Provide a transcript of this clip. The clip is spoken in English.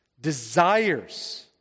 desires